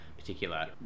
particular